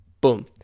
Boom